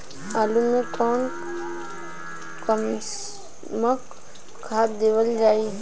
आलू मे कऊन कसमक खाद देवल जाई?